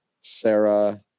Sarah